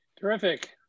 Terrific